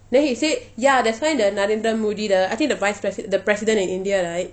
then he said ya that's why the narendra modi the I think the vice president the president in india right